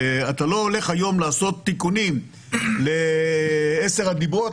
אתה לא הולך היום לעשות תיקונים לעשר הדיברות,